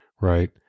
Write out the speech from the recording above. right